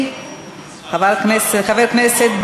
כל הכבוד.